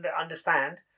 understand